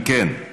אם כן,